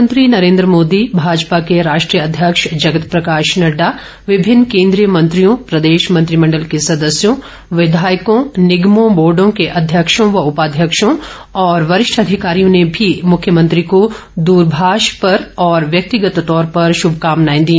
प्रधानमंत्री नरेन्द्र मोदी भाजपा के राष्ट्रीय अध्यक्ष जगत प्रकाश नड़डा विभिन्न केन्द्रीय मंत्रियों प्रदेश मंत्रिमण्डल के सदस्यों विधायकों निगमों बोर्डों के अध्यक्षों व उपाध्यक्षों और वरिष्ठ अधिकारियों ने भी मुख्यमंत्री को दूरभाष पर और व्यक्तिगत तौर पर शुभकामनाएं दी